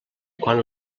quan